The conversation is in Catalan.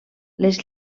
les